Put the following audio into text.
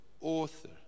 author